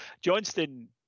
Johnston